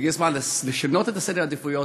הגיע הזמן לשנות את סדר העדיפויות.